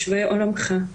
עולמך